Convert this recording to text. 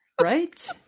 right